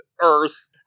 Earth